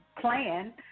plan